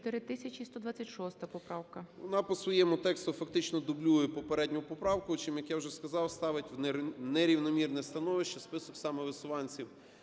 СИДОРОВИЧ Р.М. Вона по своєму тексту фактично дублює попередню поправку, чим, як я вже сказав, ставить в нерівномірне становище список самовисуванців